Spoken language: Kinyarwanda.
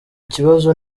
kibazo